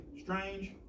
strange